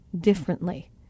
differently